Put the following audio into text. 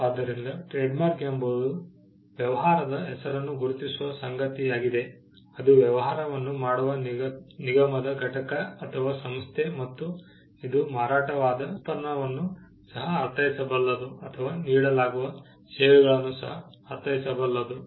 ಆದ್ದರಿಂದ ಟ್ರೇಡ್ಮಾರ್ಕ್ ಎಂಬುದು ವ್ಯವಹಾರದ ಹೆಸರನ್ನು ಗುರುತಿಸುವ ಸಂಗತಿಯಾಗಿದೆ ಅದು ವ್ಯವಹಾರವನ್ನು ಮಾಡುವ ನಿಗಮದ ಘಟಕ ಅಥವಾ ಸಂಸ್ಥೆ ಮತ್ತು ಇದು ಮಾರಾಟವಾದ ಉತ್ಪನ್ನವನ್ನು ಸಹ ಅರ್ಥೈಸಬಲ್ಲದು ಅಥವಾ ನೀಡಲಾಗುವ ಸೇವೆಗಳನ್ನು ಸಹ ಅರ್ಥೈಸಬಲ್ಲದು